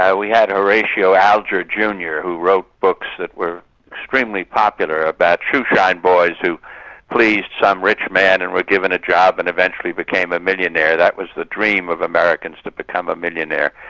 ah we had horatio alger jr, who wrote books that were extremely popular, about shoeshine boys who pleased some rich man and was given a job and eventually became a millionaire that was the dream of americans, to become a millionaire.